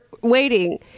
waiting